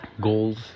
goals